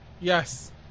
Yes